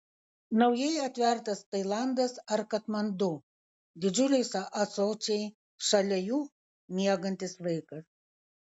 naujai atvertas tailandas ar katmandu didžiuliai ąsočiai šalia jų miegantis vaikas